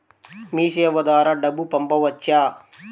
మీసేవ ద్వారా డబ్బు పంపవచ్చా?